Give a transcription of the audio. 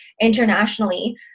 internationally